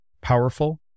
powerful